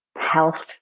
health